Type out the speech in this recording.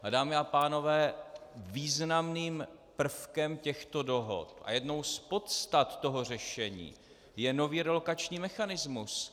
A dámy a pánové, významným prvkem těchto dohod a jednou z podstat toho řešení je nový relokační mechanismus.